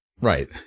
right